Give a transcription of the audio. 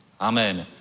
Amen